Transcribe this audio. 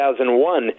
2001